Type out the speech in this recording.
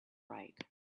write